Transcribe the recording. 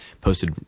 posted